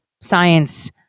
science